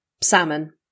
Salmon